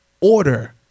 order